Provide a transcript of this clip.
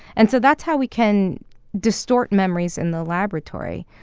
and so that's how we can distort memories in the laboratory.